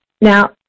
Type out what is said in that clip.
Now